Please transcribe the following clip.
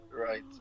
right